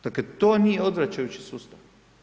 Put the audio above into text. Dakle to nije odvraćajući sustav.